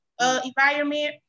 environment